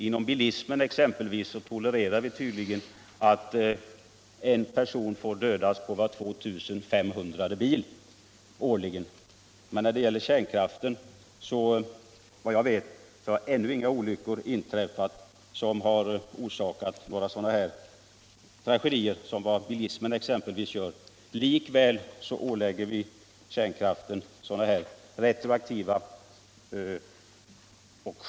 Inom bilismen exempelvis tolererar vi tydligen att en person får dödas per varje 2 500:e bil per år. Men när det gäller kärnkraft har inga olyckor inträffat som orsakar sådana tragedier som exempelvis bilismen. Likväl ålägger vi kärnkraften retroaktiva och skärpta och kansket.o.m.